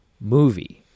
movie